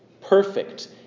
Perfect